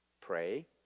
pray